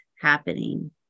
happening